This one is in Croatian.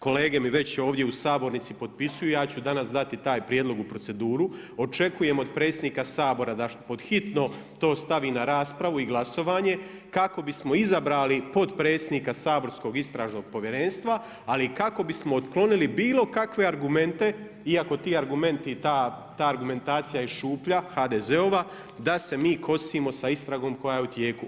Kolege mi već ovdje u sabornici potpisuju, ja ću danas dati taj prijedlog u proceduru, očekujem od predsjednika Sabora da pod hitno to stavi na raspravu i glasovanje kako bismo izabrali potpredsjednika saborskog Istražnog povjerenstva ali i kako bismo otklonili bilo kakve argumente iako ti argumenti i ta argumentacija je šuplja, HDZ-ova, da se mi kosimo sa istragom koja je u tijeku.